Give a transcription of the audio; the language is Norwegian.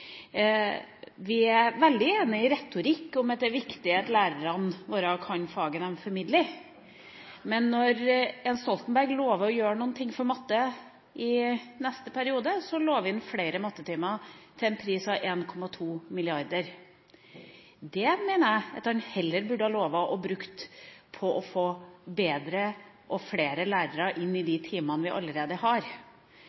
Vi er veldig enig i retorikken – at det er viktig at lærerne våre kan faget de formidler. Men når Jens Stoltenberg lover å gjøre noe for matte i neste periode, så lover han flere mattetimer til en pris av 1,2 mrd. kr. Jeg mener at han heller burde ha lovet å bruke dem på å få bedre og flere lærere inn i de